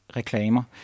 reklamer